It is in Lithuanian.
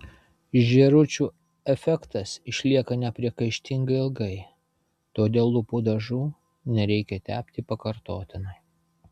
žėručių efektas išlieka nepriekaištingai ilgai todėl lūpų dažų nereikia tepti pakartotinai